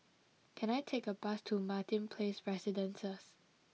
can I take a bus to Martin Place Residences